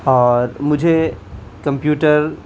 اور مجھے کمپیوٹر